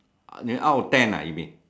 uh out of ten ah you mean